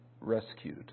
rescued